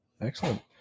Excellent